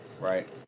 Right